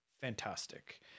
fantastic